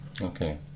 Okay